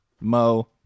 Mo